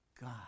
God